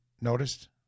noticed